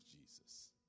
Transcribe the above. Jesus